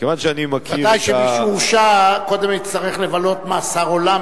ודאי שמי שהורשע קודם יצטרך לבלות מאסר עולם,